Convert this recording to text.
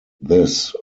this